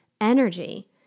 energy